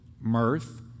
mirth